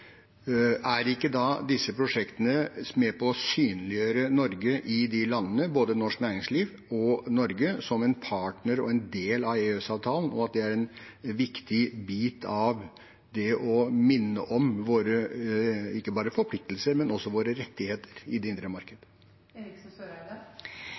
Er ikke da disse prosjektene med på å synliggjøre Norge i de landene, både norsk næringsliv og Norge som en partner og en del av EØS-avtalen? Er ikke dette en viktig bit av det å minne om ikke bare våre forpliktelser, men også våre rettigheter i det indre